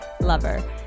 lover